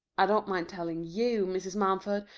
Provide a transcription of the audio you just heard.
i don't mind telling you, mrs. mumford,